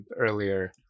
earlier